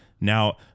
Now